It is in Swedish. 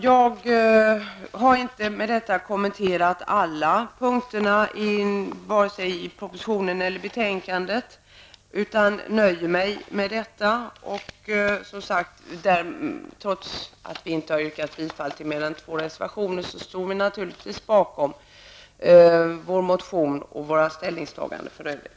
Jag har inte kommenterat alla punkter vare sig när det gäller propositionen eller när det gäller betänkandet. Men jag nöjer mig ändå med vad jag här har sagt. Vi har bara yrkat bifall till två reservationer. Men trots det står vi, naturligtvis, bakom vänsterpartiets motion och ställningstaganden i övrigt.